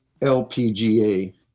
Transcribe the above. LPGA